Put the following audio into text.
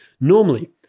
Normally